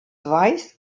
weiß